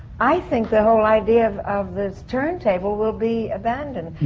i think the whole idea of of this turntable will be abandoned.